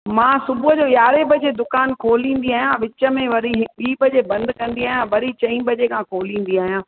मां सुबुह जो यारहें बजे दुकानु खोलींदी आहियां विच में वरी ॿीं बजे बंदि कंदी आहियां वरी चईं बजे खां खोलींदी आहियां